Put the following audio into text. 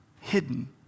hidden